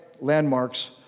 landmarks